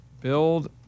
Build